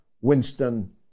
Winston